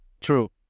True